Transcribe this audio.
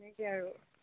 তেনেকৈ আৰু